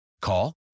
Call